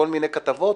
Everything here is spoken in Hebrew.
בכל מיני כתבות,